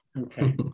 Okay